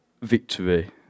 victory